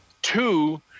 Two